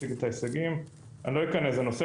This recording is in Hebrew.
זו המלצה טובה ואנחנו ניישם אותה גם.